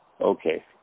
Okay